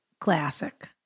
classic